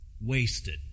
Wasted